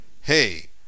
Hey